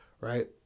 right